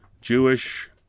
Jewish